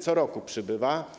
Co roku ich przybywa,